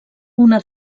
una